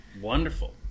Wonderful